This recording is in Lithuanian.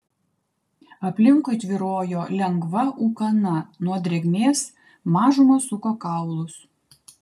aplinkui tvyrojo lengva ūkana nuo drėgmės mažumą suko kaulus